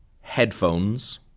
Headphones